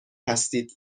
هستید